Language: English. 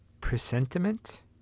Presentiment